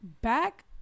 back